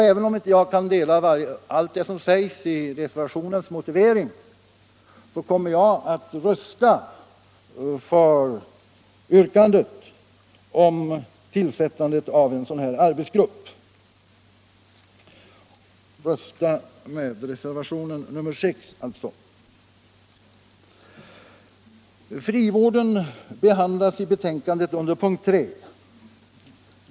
Även om jag inte kan ansluta mig till allt som sägs i reservationens motivering, kommer jag att rösta för yrkandet i reservationen 6 om tillsättandet av en arbetsgrupp. Frivården behandlas i betänkandet under punkten 3.